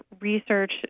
research